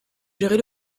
gérer